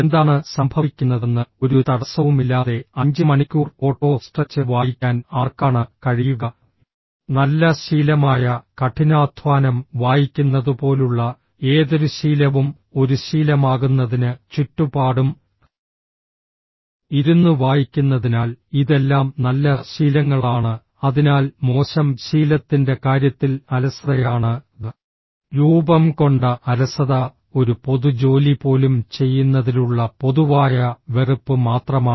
എന്താണ് സംഭവിക്കുന്നതെന്ന് ഒരു തടസ്സവുമില്ലാതെ അഞ്ച് മണിക്കൂർ ഓട്ടോ സ്ട്രെച്ച് വായിക്കാൻ ആർക്കാണ് കഴിയുക നല്ല ശീലമായ കഠിനാധ്വാനം വായിക്കുന്നതുപോലുള്ള ഏതൊരു ശീലവും ഒരു ശീലമാകുന്നതിന് ചുറ്റുപാടും ഇരുന്ന് വായിക്കുന്നതിനാൽ ഇതെല്ലാം നല്ല ശീലങ്ങളാണ് അതിനാൽ മോശം ശീലത്തിന്റെ കാര്യത്തിൽ അലസതയാണ് രൂപംകൊണ്ട അലസത ഒരു പൊതു ജോലി പോലും ചെയ്യുന്നതിലുള്ള പൊതുവായ വെറുപ്പ് മാത്രമാണ്